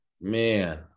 man